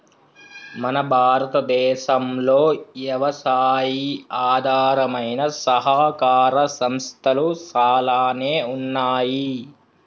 మన భారతదేసంలో యవసాయి ఆధారమైన సహకార సంస్థలు సాలానే ఉన్నాయి